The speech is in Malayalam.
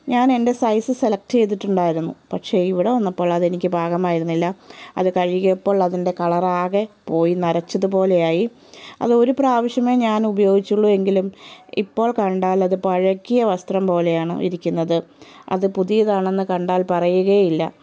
ഞാൻ എൻ്റെ സൈസ് സെലക്ട് ചെയ്തിട്ടുണ്ടായിരുന്നു പക്ഷേ ഇവിടെ വന്നപ്പോൾ അതെനിക്ക് പാകമായിരുന്നില്ല അത് കഴുകിയപ്പോൾ അതിൻ്റെ കളറാകെ പോയി നരച്ചത് പോലെയായി അത് ഒരു പ്രാവശ്യമേ ഞാൻ ഉപയോഗിച്ചുള്ളൂ എങ്കിലും ഇപ്പോൾ കണ്ടാൽ അത് പഴകിയ വസ്ത്രം പോലെയാണ് ഇരിക്കുന്നത് അത് പുതിയതാണെന്ന് കണ്ടാൽ പറയുകയേ ഇല്ല